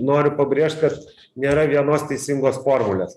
noriu pabrėžt kad nėra vienos teisingos formulės